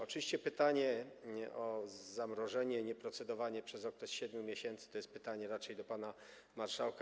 Oczywiście pytanie o zamrożenie i nieprocedowanie przez okres 7 miesięcy to jest pytanie raczej do pana marszałka.